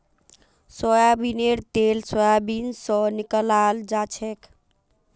सोयाबीनेर तेल सोयाबीन स निकलाल जाछेक